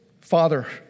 Father